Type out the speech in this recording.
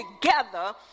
together